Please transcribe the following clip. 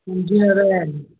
तुंहिंजी नज़र आहिनि